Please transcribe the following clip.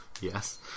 Yes